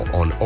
on